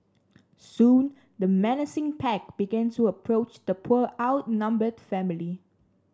soon the menacing pack began to approach the poor outnumbered family